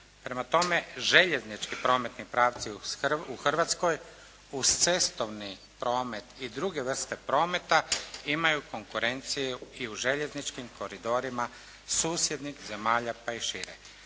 Prema tome željeznički prometni pravci u Hrvatskoj uz cestovni promet i druge vrste prometa imaju konkurenciju i u željezničkim koridorima susjednih zemalja pa i šire.